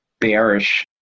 bearish